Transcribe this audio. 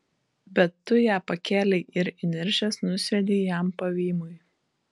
bet tu ją pakėlei ir įniršęs nusviedei jam pavymui